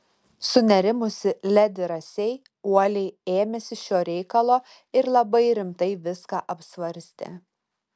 sunerimusi ledi rasei uoliai ėmėsi šio reikalo ir labai rimtai viską apsvarstė